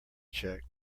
check